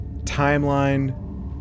Timeline